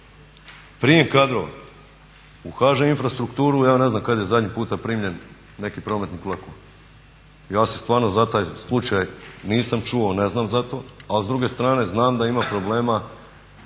Prijem kadrova u HŽ infrastrukturu ja ne znam kada je zadnji puta primljen neki prometnik vlakova, ja stvarno za taj slučaj nisam čuo, ne znam za to, ali s druge strane znam da ima problema